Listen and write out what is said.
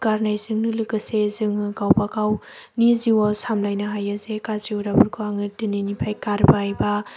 गारनायजों लोगोसे जोङो गावबागावनि जिउआव सामलायनो हायो जे गाज्रि हुदाफोरखौ आङो दिनैनिफाय गारबाय एबा